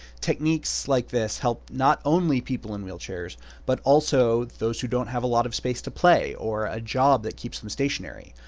techniques like this help not only people in wheelchairs but also those who don't have a lot of space to play or a job that keeps them stationary.